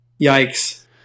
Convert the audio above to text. Yikes